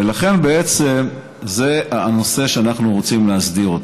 זה הנושא שאנחנו רוצים להסדיר.